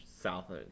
south